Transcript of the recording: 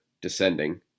descending